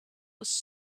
was